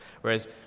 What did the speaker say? Whereas